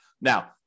Now